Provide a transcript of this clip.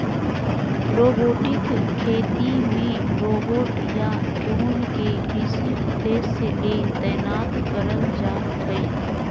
robotic खेती मे robot या ड्रोन के कृषि उद्देश्य ले तैनात करल जा हई